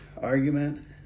argument